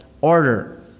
order